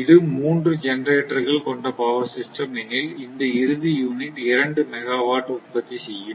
இது மூன்று ஜெனெரேட்டர்கள் கொண்ட பவர் சிஸ்டம் எனில் இந்த இறுதி யூனிட் 2 மெகா வாட் உற்பத்தி செய்யும்